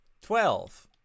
Twelve